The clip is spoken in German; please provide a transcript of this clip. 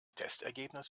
testergebnis